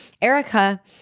Erica